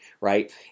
right